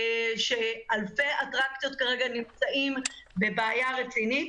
אלפי אטרקציות נמצאים כרגע בבעיה רצינית.